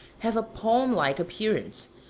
have a palm-like appearance,